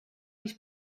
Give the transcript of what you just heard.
this